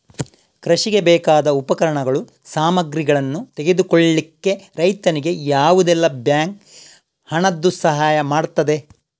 ಕೃಷಿಗೆ ಬೇಕಾದ ಉಪಕರಣಗಳು, ಸಾಮಗ್ರಿಗಳನ್ನು ತೆಗೆದುಕೊಳ್ಳಿಕ್ಕೆ ರೈತನಿಗೆ ಯಾವುದೆಲ್ಲ ಬ್ಯಾಂಕ್ ಹಣದ್ದು ಸಹಾಯ ಮಾಡ್ತದೆ?